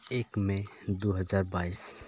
ᱮᱹᱠ ᱢᱮ ᱫᱩ ᱦᱟᱡᱟᱨ ᱵᱟᱭᱤᱥ